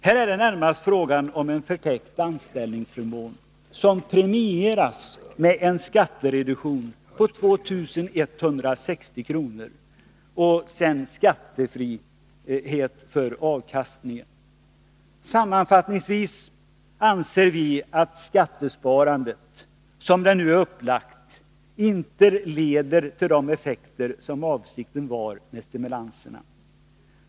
Här är det närmast fråga om en förtäckt anställningsförmån, som premieras med en skattereduktion på 2 160 kr. och skattefrihet för avkastningen. Sammanfattningsvis anser vi att skattesparandet, som det nu är upplagt, inte leder till de effekter som var avsikten med stimulanserna.